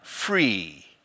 Free